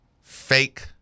fake